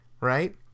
right